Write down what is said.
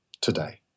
today